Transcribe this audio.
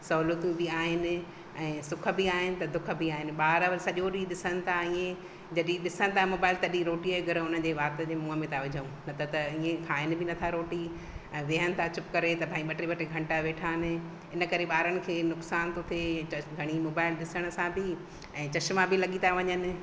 सहूलियतूं बि आहिनि ऐं सुख बि आहिनि त दुख बि आहिनि ॿार बि सॼो ॾींहुं ॾिसनि था इएं जॾहिं ॾिसंदा मोबाइल तॾहिं रोटीअ जो गिरह वात जे मुंहं में था विझूं न त त इएं खाइनि बि नथा रोटी ऐं विहनि था चुपु करे त भाई ॿ टे ॿ टे घंटा वेठा आहिनि इन करे ॿारनि खे हे नुक़सानु थो थिए त घणी मोबाइल ॾिसण सां बि ऐं चश्मा बि लॻी था वञनि